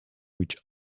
which